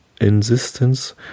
insistence